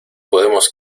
podemos